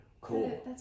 Cool